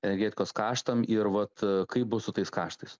energetikos kaštam ir vat kaip bus su tais kaštais